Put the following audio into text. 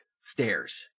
stairs